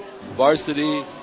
varsity